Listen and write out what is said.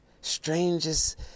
strangest